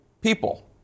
people